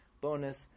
bonus